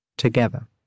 Together